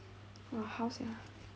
!wah! how sia